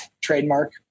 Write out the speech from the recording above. trademark